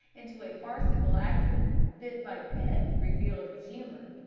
into a farcical accident, bit by bit revealed its humor.